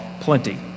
plenty